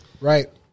Right